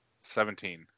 Seventeen